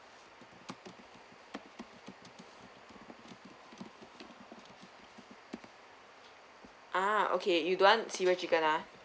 ah okay you don't want cereal chicken ah